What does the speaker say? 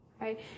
right